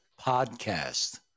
podcast